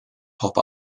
pop